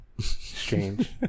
strange